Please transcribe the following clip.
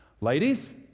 Ladies